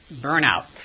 burnout